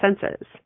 senses